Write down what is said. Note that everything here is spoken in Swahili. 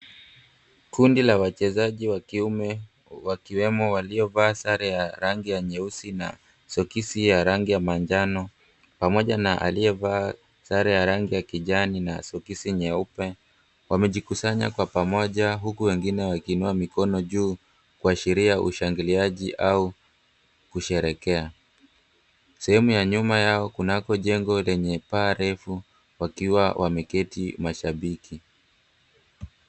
Kundi la wachezaji wa kiume wakiwemo waliovaa sare ya rangi nyeusi na soksi ya rangi ya manjano pamoja na aliyevaa sare ya rangi ya kijani na soksi nyeupe wamejikusanya kwa pamoja huku wengine wakiinua mikono juu kuashiria ushangiliaji au kusherekea. Sehemu ya nyuma yao kunako jengo lenye paa refu wakiwa wameketi mashabiki.